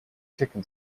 chicken